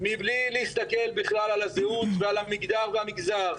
מבלי להסתכל בכלל על הזהות, ועל המגדר והמגזר.